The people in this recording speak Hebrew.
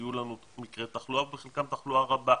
היו לנו מקרי תחלואה ובחלקם תחלואה רבה: